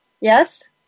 yes